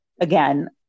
again